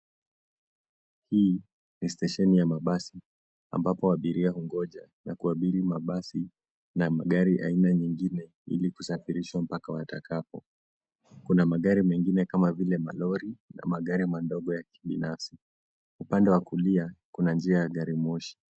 Hi ni stesheni ya mabasi ambapo abiria hungoja na kuabiri mabasi na magari aina nyingine ili kusafirishwa mpaka watakapo. Kuna magari mengine kama vile malori na magari madogo ya kibinafsi. Upande wa kulia kuna njia ya magari moshi.